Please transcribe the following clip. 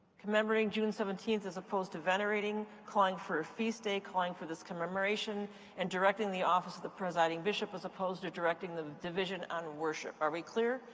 commemorating june seventeenth as opposed to venerating. calling for feast day, calling for this commemoration and directing the office of the presiding bishop as opposed to directing the division on worship. are we clear?